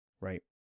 right